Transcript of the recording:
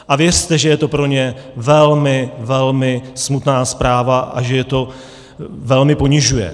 A věřte, že je to pro ně velmi, velmi smutná zpráva a že je to velmi ponižuje.